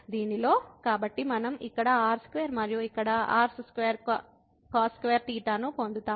దీనిలో కాబట్టి మనం ఇక్కడ r2 మరియు ఇక్కడ r2cos2θ ను పొందుతాము